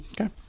Okay